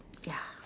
ya